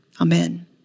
Amen